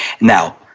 Now